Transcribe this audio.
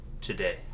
today